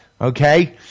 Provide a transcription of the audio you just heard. okay